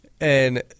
and-